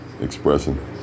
Expressing